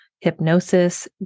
hypnosis